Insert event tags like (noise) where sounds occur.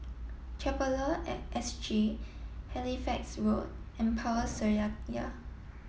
Traveller at S G Halifax Road and Power (unintelligible)